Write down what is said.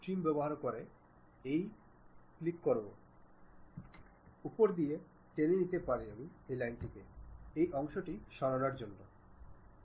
এবং আপনি ড্রয়িং পুনরাবৃত্তি করতে পারেন এটির একাধিক কপি সংরক্ষণ করতে পারেন আপনি এটি কয়েক সেকেন্ডের ভগ্নাংশের মধ্যে তৈরি করতে পারেন